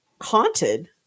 haunted